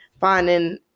finding